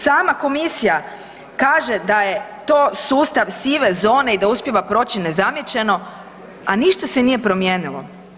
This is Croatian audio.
Sama komisija kaže da je to sustav sive zone i da uspijeva proći nezamijećeno, a ništa se nije promijenilo.